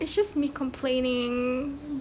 it's just me complaining